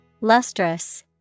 Lustrous